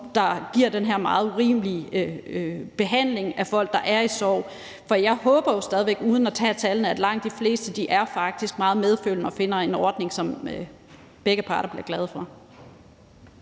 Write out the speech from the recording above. der giver den her meget urimelige behandling af folk, der er i sorg, for jeg håber jo stadig væk – uden at tage tallene – at langt de fleste faktisk er meget medfølende, og at man finder en ordning, som begge parter bliver glade for.